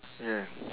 ya